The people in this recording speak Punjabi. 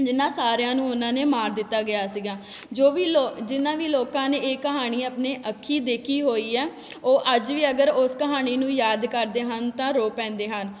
ਜਿਨ੍ਹਾਂ ਸਾਰਿਆਂ ਨੂੰ ਉਹਨਾਂ ਨੇੇ ਮਾਰ ਦਿੱਤਾ ਗਿਆ ਸੀਗਾ ਜੋ ਵੀ ਲੋ ਜਿਨ੍ਹਾਂ ਵੀ ਲੋਕਾਂ ਨੇ ਇਹ ਕਹਾਣੀ ਆਪਣੇ ਅੱਖੀ ਦੇਖੀ ਹੋਈ ਆ ਉਹ ਅੱਜ ਵੀ ਅਗਰ ਉਸ ਕਹਾਣੀ ਨੂੰ ਯਾਦ ਕਰਦੇ ਹਨ ਤਾਂ ਰੋ ਪੈਂਦੇ ਹਨ